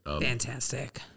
Fantastic